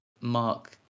Mark